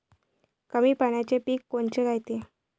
कमी पाण्याचे पीक कोनचे रायते?